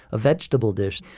a vegetable dish,